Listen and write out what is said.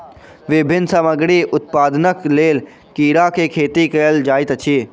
विभिन्न सामग्री उत्पादनक लेल कीड़ा के खेती कयल जाइत अछि